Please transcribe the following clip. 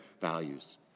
values